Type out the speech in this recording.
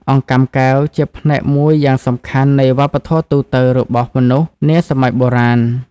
អង្កាំកែវជាផ្នែកមួយយ៉ាងសំខាន់នៃវប្បធម៌ទូទៅរបស់មនុស្សនាសម័យបុរាណ។